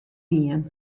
dien